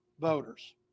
voters